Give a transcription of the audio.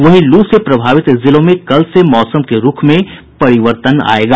वहीं लू से प्रभावित जिलों में कल से मौसम के रूख में परिवर्तन आयेगा